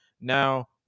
now